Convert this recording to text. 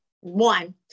one